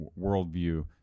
worldview